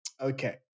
Okay